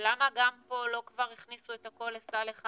למה גם פה לא כבר הכניסו את הכול לסל אחד?